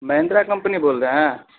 Mahindra company बोल रहै है